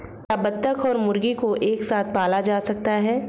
क्या बत्तख और मुर्गी को एक साथ पाला जा सकता है?